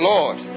Lord